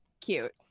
cute